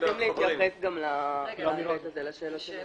אנחנו רוצים להתייחס גם להיבט הזה, לשאלות.